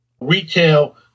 Retail